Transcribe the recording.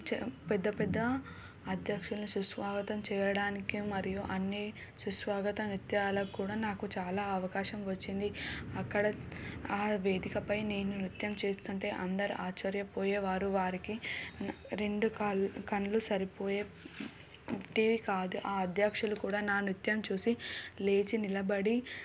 చే పెద్ద పెద్ద అధ్యక్షుల్ని సుస్వాగతం చేయడానికి మరియు అన్నీ సుస్వాగత నృత్యాలకి కూడా నాకు చాలా అవకాశం వచ్చింది అక్కడ ఆ వేదికపై నేను నృత్యం చేస్తుంటే అందరూ ఆశ్చర్యపోయేవారు వారికి రెండ కాళ్ళు కళ్ళు సరిపోయేటివి కాదు ఆ అధ్యక్షులు కూడా నా నృత్యం చూసి లేచి నిలబడి